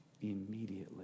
immediately